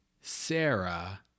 Sarah